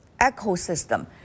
ecosystem